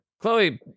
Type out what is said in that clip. Chloe